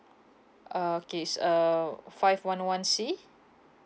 uh okay so uh five one one C